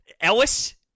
Ellis